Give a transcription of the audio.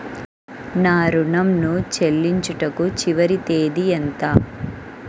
నా ఋణం ను చెల్లించుటకు చివరి తేదీ ఎంత?